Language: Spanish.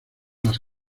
las